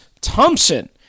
Thompson